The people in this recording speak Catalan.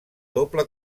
doble